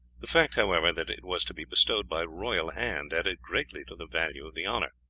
the fact, however, that it was to be bestowed by royal hand added greatly to the value of the honour.